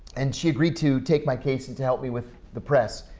and she agreed to take my case and to help me with the press.